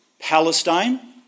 Palestine